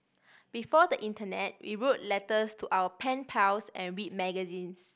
before the internet we wrote letters to our pen pals and read magazines